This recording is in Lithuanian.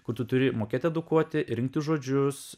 kur tu turi mokėt edukuoti rinkti žodžius